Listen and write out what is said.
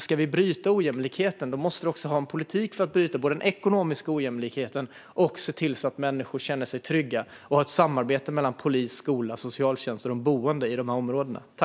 Ska vi bryta ojämlikheten måste vi också ha en politik för att både bryta den ekonomiska ojämlikheten och se till att människor känner sig trygga. Det handlar om att ha ett samarbete mellan polis, skola och socialtjänsten och de boende i de här områdena.